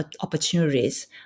opportunities